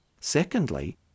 Secondly